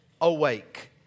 awake